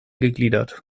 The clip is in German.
gegliedert